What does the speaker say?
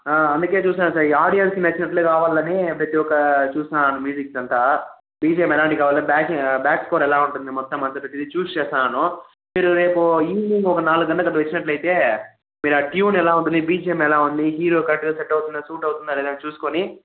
అందుకే చూసాను ఆడియన్స్ నచ్చినట్లు కావాలని ప్రతి ఒక చూసిన మ్యూజిక్ అంతా బిజిఏం ఎలాంటిది కావాలి బ్యాక్ బ్యాక్ స్కోర్ ఎలా ఉంటుంది మొత్తం అంతా ప్రతిదీ చూసి చేస్తన్నాను మీరు రేపు ఈవెనింగ్ ఒక నాలుగు గంటలకు అట్ల వచ్చినట్లైతే మీరు ఆ ట్యూన్ ఎలా ఉంటుంది బిజిఏం ఎలా ఉంది హీరో కరెక్ట్గా సెట్ అవుతుందా సూట్ అవుతుందా లేదా చూసుకొని